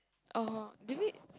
oh did we